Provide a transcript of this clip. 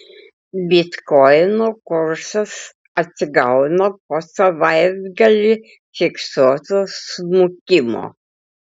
bitkoino kursas atsigauna po savaitgalį fiksuoto smukimo